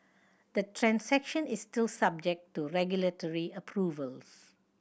the transaction is still subject to regulatory approvals